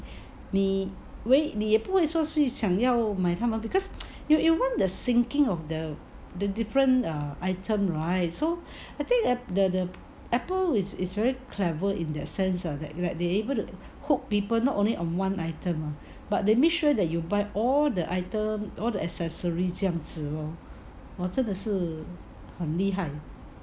你也不会说去想要买那么 cause 他们 you you want the sinking of the the different err item right so I think that the apple is is very clever in that sense that they able to hook people not only on one item but they make sure that you buy all the items all the accessory 这样子 lor !wah! 真的是很厉害